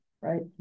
right